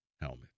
helmet